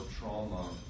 trauma